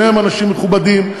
שניהם אנשים מכובדים,